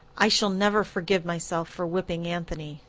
i shall never forgive myself for whipping anthony.